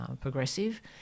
progressive